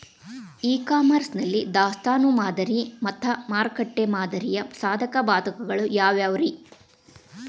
E commerce ನಲ್ಲಿ ದಾಸ್ತಾನು ಮಾದರಿ ಮತ್ತ ಮಾರುಕಟ್ಟೆ ಮಾದರಿಯ ಸಾಧಕ ಬಾಧಕಗಳ ಯಾವವುರೇ?